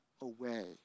away